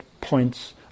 points